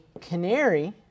canary